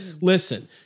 Listen